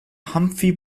humphrey